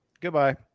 Goodbye